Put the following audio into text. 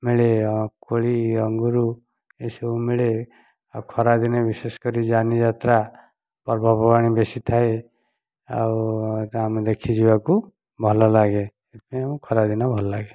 ମିଳେ ଆଉ କୋଳି ଅଙ୍ଗୁର ଏସବୁ ମିଳେ ଆଉ ଖରାଦିନେ ବିଶେଷ କରି ଯାନିଯାତ୍ରା ପର୍ବପର୍ବାଣି ବେଶୀ ଥାଏ ଆଉ ଆମେ ଦେଖି ଯିବାକୁ ଭଲ ଲାଗେ ଖରାଦିନ ଭଲ ଲାଗେ